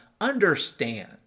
understand